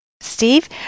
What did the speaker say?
Steve